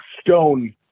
Stone